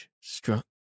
struck